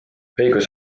õigus